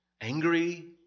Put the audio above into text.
angry